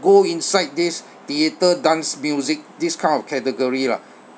go inside this theatre dance music this kind of category lah